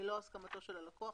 בלא הסכמתו של הלקוח,